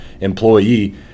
employee